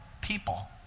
people